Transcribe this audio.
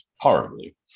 horribly